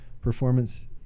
performance